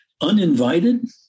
uninvited